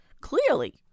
Clearly